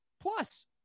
plus